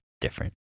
different